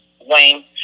Wayne